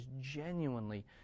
genuinely